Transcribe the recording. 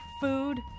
food